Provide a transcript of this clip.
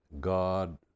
God